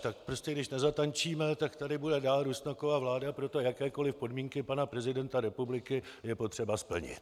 Tak prostě když nezatančíme, tak tady bude dál Rusnokova vláda, proto jakékoli podmínky pana prezidenta republiky je potřeba splnit.